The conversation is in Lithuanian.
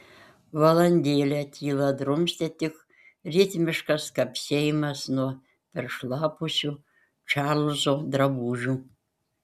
valandėlę tylą drumstė tik ritmiškas kapsėjimas nuo peršlapusių čarlzo drabužių